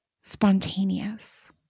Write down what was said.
spontaneous